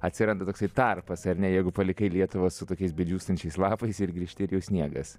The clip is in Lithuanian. atsiranda toksai tarpas ar ne jeigu palikai lietuvą su tokiais bedžiūstančiais lapais ir grįžti ir jau sniegas